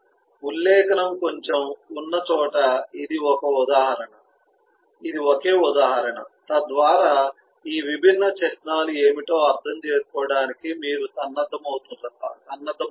ఉల్లేఖనం కొంచెం ఉన్న చోట ఇది ఒకే ఉదాహరణ తద్వారా ఈ విభిన్న చిహ్నాలు ఏమిటో అర్థం చేసుకోవడానికి మీరు సన్నద్ధమవుతారు